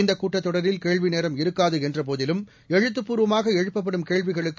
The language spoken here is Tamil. இந்தக் கூட்டத் தொடரில் கேள்வி நேரம் இருக்காது என்ற போதிலும் எழுத்துபூர்வமாக எழுப்பப்படும் கேள்விகளுக்கு